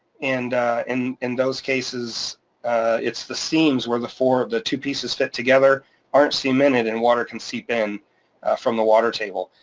and in in those cases it's the seams where the four of the two pieces fit together aren't cemented and water can seep in from the water table.